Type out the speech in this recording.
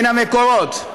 מן המקורות: